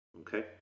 okay